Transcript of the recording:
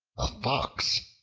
a fox,